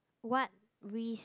what risk